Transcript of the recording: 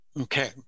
Okay